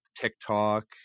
TikTok